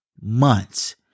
months